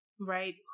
right